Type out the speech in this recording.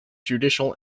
judicial